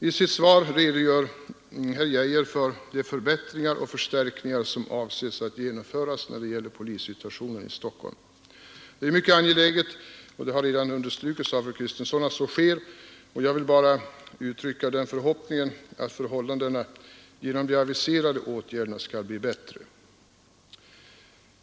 I sitt svar redogör herr Geijer för de förbättringar och förstärkningar som man avser att genomföra när det gäller polissituationen i Stockholm. Det är mycket angeläget att sådana åtgärder vidtas det har redan understrukits av fru Kristensson och jag vill bara uttrycka den förhoppningen att åtgärderna skall bli bättre.